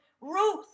Ruth